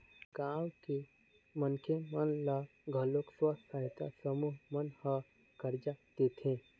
गाँव के मनखे मन ल घलोक स्व सहायता समूह मन ह करजा देथे